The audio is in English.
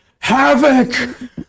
Havoc